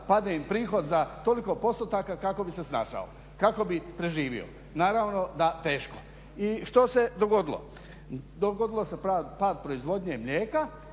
da padne im prihod za toliko postotaka kako bi se snašao, kako bi preživio. Naravno da teško. I što se dogodilo? Dogodio se pad proizvodnje mlijeka